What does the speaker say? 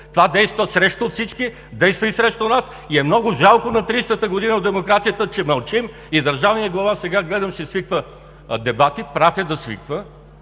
Това действа срещу всички, действа и срещу нас. И е много жалко на 30-ата година демокрация, че мълчим и държавният глава сега гледам ще свиква дебати, прав е да свиква,